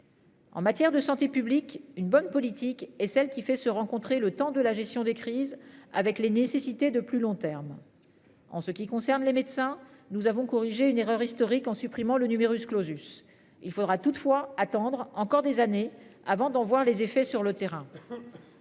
En matière de santé publique, une bonne politique et celle qui fait se rencontrer le temps de la gestion des crises avec les nécessités de plus long terme. En ce qui concerne les médecins, nous avons corrigé une erreur historique en supprimant le numerus clausus. Il faudra toutefois attendre encore des années avant d'en voir les effets sur le terrain.